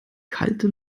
kalte